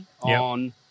on